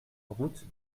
route